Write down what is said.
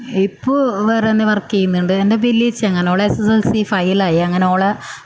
ഇപ്പോൾ വേറെന്നെ വർക്ക് ചെയ്യുന്നുണ്ട് എൻ്റെ വലിയ ചേച്ചി അങ്ങനെ ഓൾ S S L C fail ആയി അങ്ങനെ ഓളെ